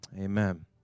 amen